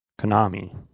Konami